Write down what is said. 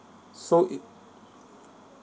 so it